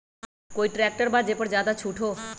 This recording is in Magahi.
कोइ ट्रैक्टर बा जे पर ज्यादा छूट हो?